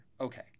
Okay